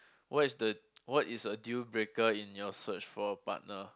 what is the what is the deal breaker in your search for a partner